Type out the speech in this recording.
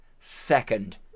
second